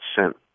sent